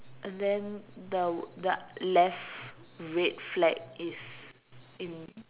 and then the ya left red flag is in